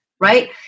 Right